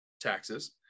taxes